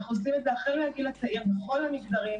אנחנו עושים את זה החל מהגיל הצעיר בכל המגזרים,